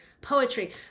poetry